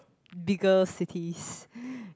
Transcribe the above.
bigger cities